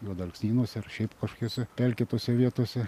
juodalksnynuose ar šiaip kažkokiose pelkėtose vietose